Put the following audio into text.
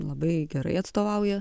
labai gerai atstovauja